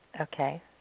Okay